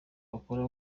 bakora